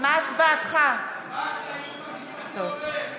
שהיועצת המשפטית, עד שהייעוץ המשפטי אומר,